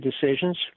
decisions